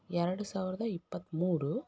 ಎರಡು ಸಾವಿರದ ಇಪ್ಪತ್ತ್ಮೂರು